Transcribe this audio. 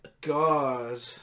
god